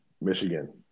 Michigan